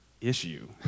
issue